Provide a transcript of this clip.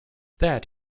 that